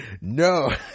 no